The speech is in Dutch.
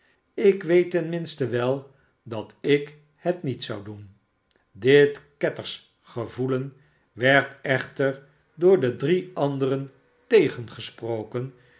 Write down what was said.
ik weet ten minste wel dat i k het niet doen zou dit kettersch gevoelen werd echter door de drie anderen